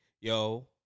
yo